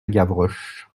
gavroche